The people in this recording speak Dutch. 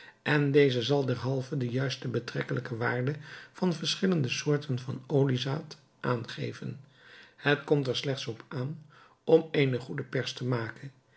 en deze zal derhalve de juiste betrekkelijke waarde van verschillende soorten van oliezaad aangeven het komt er slechts op aan om eene goede pers te maken